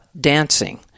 dancing